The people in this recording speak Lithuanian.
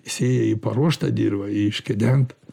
sėjai į paruoštą dirvą į iškedentą